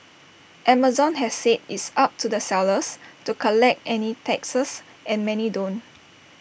Amazon has said it's up to the sellers to collect any taxes and many don't